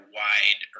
wide